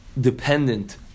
dependent